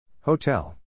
Hotel